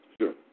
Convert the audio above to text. Sure